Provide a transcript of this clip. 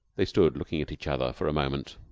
they stood looking at each other for a moment.